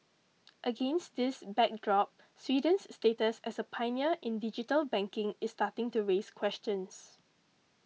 against this backdrop Sweden's status as a pioneer in digital banking is starting to raise questions